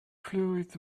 fluid